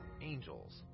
angels